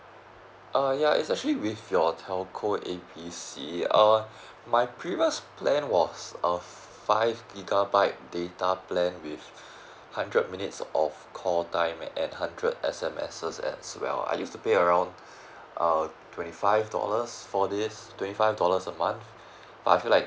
uh ya it's actually with your telco A B C uh my previous plan was a five gigabyte data plan with hundred minutes of call time and hundred S_M_S as well I used to pay around uh twenty five dollars for this twenty five dollars a month but I feel like